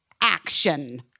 action